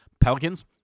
Pelicans